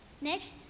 Next